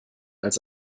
als